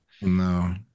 No